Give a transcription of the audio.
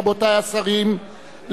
רבותי השרים,